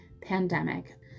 pandemic